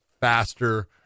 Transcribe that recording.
faster